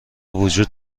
وجود